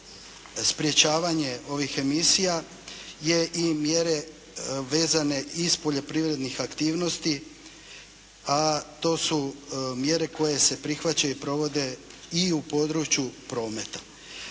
sprječavanje ovih emisija je i mjere vezane iz poljoprivrednih aktivnosti, a to su mjere koje se prihvaćaju i provode i u području prometa.